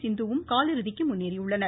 சிந்துவும் காலிறுதிக்கு முன்னேறியுள்ளனர்